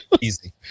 easy